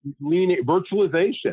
Virtualization